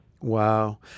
Wow